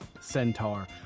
centaur